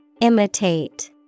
Imitate